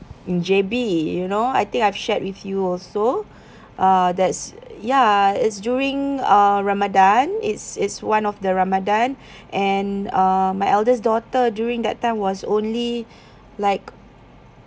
in J_B you know I think I've shared with you also uh that's ya it's during uh ramadan it's it's one of the ramadan and uh my eldest daughter during that time was only like